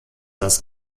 das